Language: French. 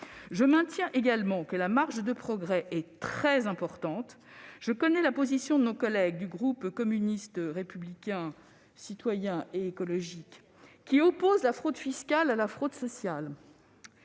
Je maintiens également que la marge de progrès est très importante. Je sais que nos collègues du groupe communiste républicain citoyen et écologiste opposent la fraude fiscale à la fraude sociale